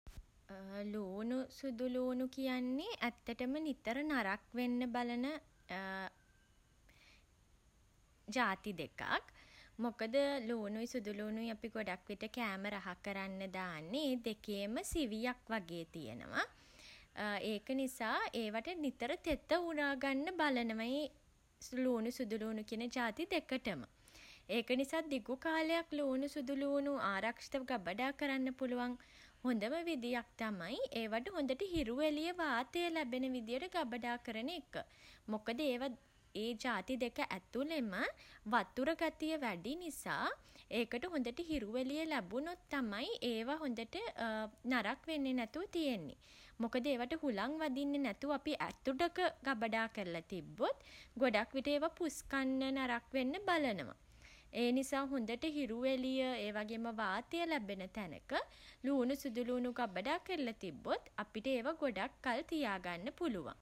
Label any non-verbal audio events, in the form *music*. *hesitation* ළූණු සුදුළූණු කියන්නෙ ඇත්තටම නරක් වෙන්න බලන *hesitation* ජාති දෙකක්. මොකද *hesitation* ළූණුයි සුදුළූණුයි අපි ගොඩක් විට කෑම රහ කරන්න දාන්නේ. ඒ දෙකේම සිවියක් වගේ තියෙනවා. *hesitation* ඒක නිසා *hesitation* ඒවාට නිතර තෙත උරා ගන්න බලනවා. ඒ *hesitation* ළූණු සුදුළූණු කියන ජාති දෙකටම. ඒක නිසා දිගු කාලයක් ළූණු සහ සුදුළූණු ආරක්ෂිතව ගබඩා කරන්න පුළුවන් *hesitation* හොඳම විදිහක් තමයි *hesitation* ඒවට හොඳට හිරු එළිය *hesitation* වාතය ලැබෙන විදිහට ගබඩා කරන එක. මොකද ඒවා *hesitation* ඒ ජාති දෙක ඇතුළෙම *hesitation* වතුර ගතිය වැඩි නිසා *hesitation* ඒකට හොඳට හිරු එළිය ලැබුණොත් තමයි ඒවා හොඳට *hesitation* නරක් වෙන්නේ නැතුව තියෙන්නේ. මොකද ඒවාට හුළං වදින්නේ නැතුව අපි ඇතුලක ගබඩා කරලා තිබ්බොත් ගොඩක් විට ඒවා පුස් කන්න *hesitation* නරක් වෙන්න බලනවා. ඒ නිසා හොඳට හිරු එළිය *hesitation* ඒ වගේම වාතය ලැබෙන තැනක *hesitation* ළූණු සහ සුදුළූණු ගබඩා කරලා තිබ්බොත් අපිට ඒවා ගොඩක් කල් තියාගන්න පුළුවන්.